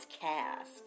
cast